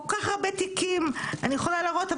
כל כך הרבה תיקים אני יכולה להראות,